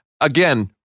again